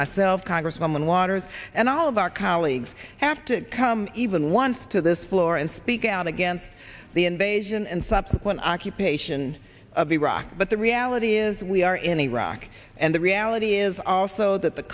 myself congresswoman waters and all of our colleagues have to come even once to this floor and speak out against the invasion and subsequent occupation of iraq but the reality is we are in iraq and the reality is also th